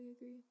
agree